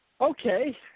Okay